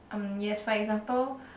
um yes for example